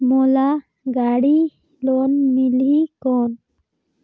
मोला गाड़ी लोन मिलही कौन?